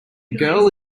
girl